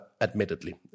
admittedly